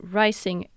rising